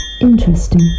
Interesting